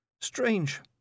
Strange